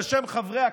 אתה מטיף בשער?